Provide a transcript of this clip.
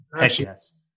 Yes